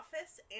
office